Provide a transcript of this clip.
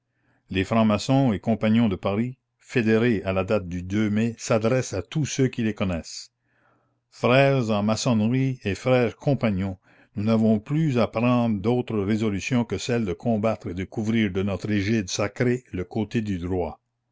les francs-maçons et compagnons de paris fédérés à la date du mai s'adressent à tous ceux qui les connaissent frères en maçonnerie et frères compagnons nous n'avons plus à prendre d'autre résolution que celle de combattre et de couvrir de notre égide sacrée le côté du droit